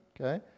okay